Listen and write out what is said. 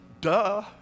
Duh